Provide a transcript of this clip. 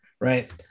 Right